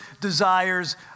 desires